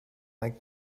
like